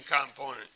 component